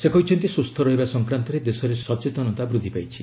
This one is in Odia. ସେ କହିଛନ୍ତି ସୁସ୍ଥ ରହିବା ସଫକ୍ରାନ୍ତରେ ଦେଶରେ ସଚେତନତା ବୃଦ୍ଧି ପାଇଛି